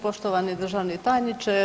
Poštovani državni tajniče.